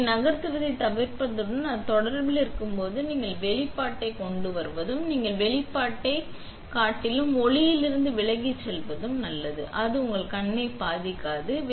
நீங்கள் எதையும் நகர்த்துவதைத் தவிர்ப்பதுடன் அது தொடர்பில் இருக்கும்போது நீங்கள் வெளிப்பாட்டைக் கொண்டுவருவதும் நீங்கள் வெளிப்பாட்டைக் கொண்டுவருவதும் வெளிப்பாட்டைக் காட்டிலும் ஒளியிலிருந்து விலகிச் செல்ல நல்லது அது உங்கள் கண் பாதிக்காது